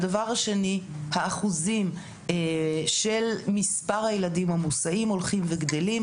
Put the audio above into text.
הדבר השני: האחוזים של מספר הילדים המוסעים הולכים וגדלים.